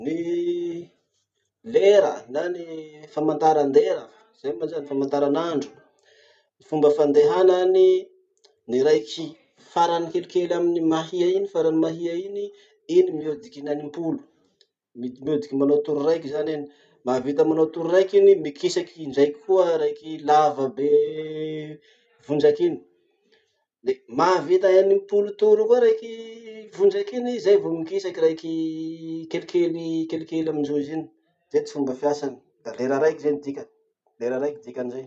Ny lera na ny famataran-dera, zay moa zany, famataran'andro. Ny fomba fandehanany, ny raiky farany kelikely amin'ny mahia iny, farany mahia iny, iny miodiky inenimpolo. Miodiky manao toro raiky zany iny. Mahavita manao toro raiky zany iny, mikisaky indraiky koa raiky lava be vondraky iny. Le mahavita enimpolo toro koa raiky vondraky iny, zay vo mikisaky raiky kelikely kelikely amindrozy iny. Zay ty fomba fiasany, da lera raiky zay ny dikany.